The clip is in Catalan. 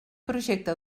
projecte